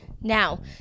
Now